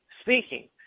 speaking